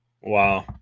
Wow